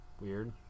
weird